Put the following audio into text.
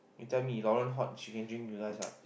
you tell me Lauren hot she can drink you guys right